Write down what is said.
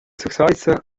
sursaissa